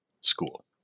school